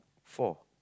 four